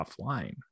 offline